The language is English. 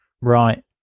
Right